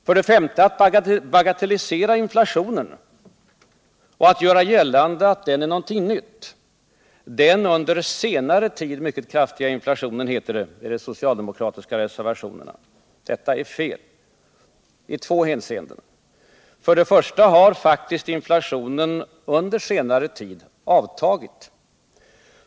För det femte: att bagatellisera och göra gällande att inflationen är någonting nytt. ”Den under senare tid mycket kraftiga inflationen”, heter det i de socialdemokratiska reservationerna. Detta är fel, i två hänseenden. Först och främst har inflationen faktiskt under senare tid avtagit.